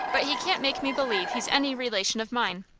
but he can't make me believe he's any relation of mine.